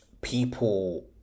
people